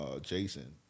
Jason